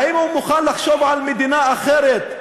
האם הוא מוכן לחשוב על מדינה אחרת,